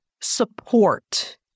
support